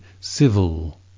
civil